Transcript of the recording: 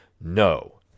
no